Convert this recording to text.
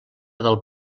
del